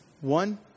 one